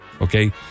Okay